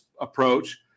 approach